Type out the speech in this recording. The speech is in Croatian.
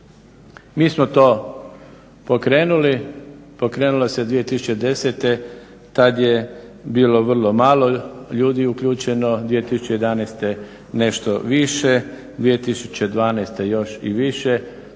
Mi smo to pokrenuli, pokrenulo se 2010.tada je bilo vrlo malo ljudi uključeno, 2011.nešto više, 2012.još i više